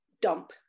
dump